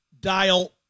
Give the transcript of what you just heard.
Dial